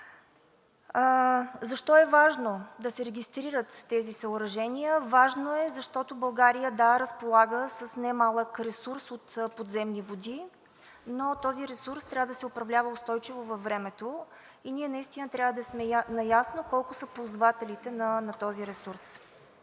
Защо е важно да се регистрират тези съоръжения? Важно е, защото България, да, разполага с немалък ресурс от подземни води, но този ресурс трябва да се управлява устойчиво във времето и ние трябва да сме наясно колко са ползвателите на този ресурс.